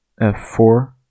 F4